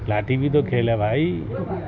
لاٹھی بھی تو کھیل ہے بھائی